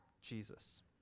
Jesus